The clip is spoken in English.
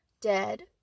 Dead